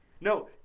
No